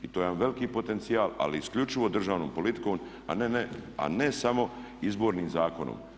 I to je jedan veliki potencijal ali isključivo državnom politikom a ne samo Izbornim zakonom.